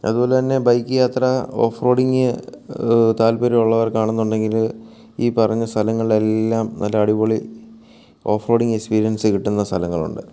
അതുപോലെ തന്നെ ബൈക്ക് യാത്ര ഓഫ് റോഡിങ് താല്പര്യമുള്ളവർക്ക് ആണെന്നുണ്ടെങ്കിൽ ഈ പറഞ്ഞ സ്ഥലങ്ങളെല്ലാം നല്ല അടിപൊളി ഓഫ് റോഡ് എക്സ്പീരിയൻസ് കിട്ടുന്ന സ്ഥലങ്ങളുണ്ട്